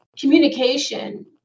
Communication